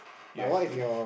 you have to